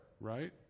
right